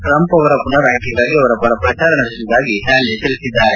Trump ಅವರ ಪುನರ್ ಆಯ್ಕೆಗಾಗಿ ಅವರ ಪರ ಪ್ರಚಾರ ನಡೆಸುವುದಾಗಿ ಹ್ಲಾಲೆ ತಿಳಿಸಿದ್ದಾರೆ